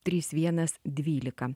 trys vienas dvylika